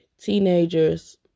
teenagers